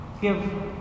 give